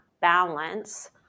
balance